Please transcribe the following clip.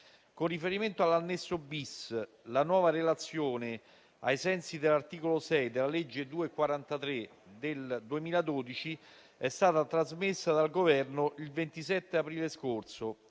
Con riferimento all'annesso *bis*, la Nuova Relazione, ai sensi dell'articolo 6 della legge n. 243 del 2012, è stata trasmessa dal Governo il 27 aprile scorso,